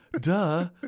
Duh